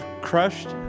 crushed